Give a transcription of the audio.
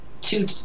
two